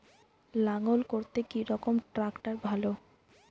লাঙ্গল করতে কি রকম ট্রাকটার ভালো?